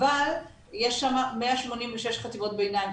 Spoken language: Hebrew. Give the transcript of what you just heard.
אבל יש שם 186 חטיבות ביניים.